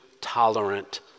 tolerant